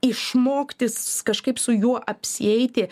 išmoktis kažkaip su juo apsieiti